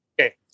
Okay